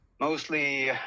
mostly